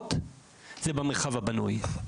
הקרובות היא במרחב הבנוי,